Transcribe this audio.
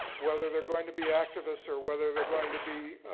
whether they're going to be activists or whether they're going to be,